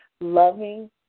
loving